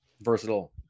versatile